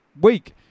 week